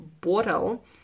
bottle